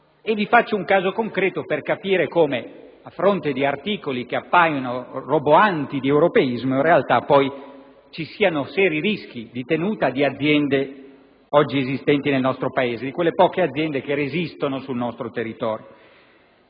rappresento un caso concreto per capire come a fronte di articoli che appaiono roboanti di europeismo, in realtà ci siano seri rischi di tenuta di aziende oggi esistenti nel nostro Paese, di quelle poche aziende che resistono sul nostro territorio: